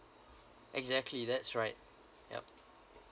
exactly that's right yup